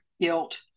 guilt